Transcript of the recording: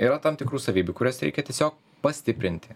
yra tam tikrų savybių kurias reikia tiesiog pastiprinti